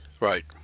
Right